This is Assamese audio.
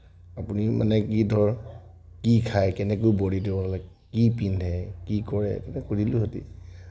আপুনি মানে কি ধৰ কি খায় কেনেকৈ বডীটো লাইক কি পিন্ধে কি কৰে সুধিলোঁহেতিন